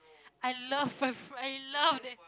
I love I loved it